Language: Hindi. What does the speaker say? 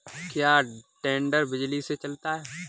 क्या टेडर बिजली से चलता है?